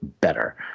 better